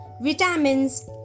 vitamins